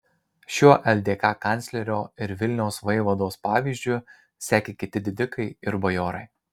šiuo ldk kanclerio ir vilniaus vaivados pavyzdžiu sekė kiti didikai ir bajorai